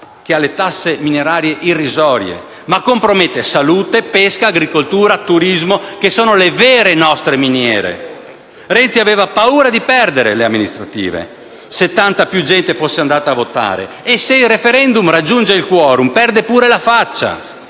che ha le tasse minerarie irrisorie, ma compromette salute, pesca, agricoltura, turismo, che sono le nostre vere miniere. Renzi aveva paura di perdere le amministrative se tanta più gente fosse andata a votare e se il *referendum* raggiunge il *quorum*, perde anche la faccia;